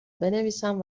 بنویسم